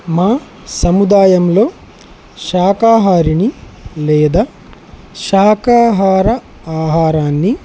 మా సముదాయంలో శాకాహారిని లేదా శాకాహార ఆహారాన్ని